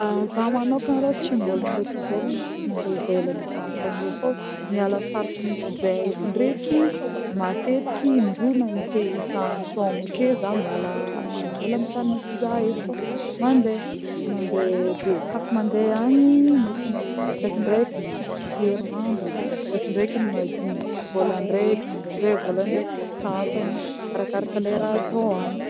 A-zah manôkagna alôa tsy mbola nandeha ty ivelany ary tsy mandeha ivelany zagny isan-taogno fô miala faritry misy zehe eto ndreky matetiky in-droa na in-telo isan-taogno ake zah miala miala amin'ny tany misy zah eto fo mandeha mandeha de koa fa mandeha agny mety mô ndrekindreky in-droa herinandro ndrekindreky madigny jusque volan-draiky ndraindray volan-draiky sy tapany arakaraka le raha atô agny.